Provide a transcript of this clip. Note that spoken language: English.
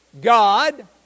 God